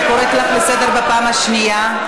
אני קוראת אותך לסדר פעם שנייה.